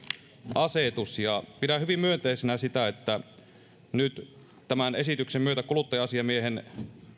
asetus pidän hyvin myönteisenä sitä että nyt tämän esityksen myötä kuluttaja asiamiehen